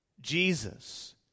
Jesus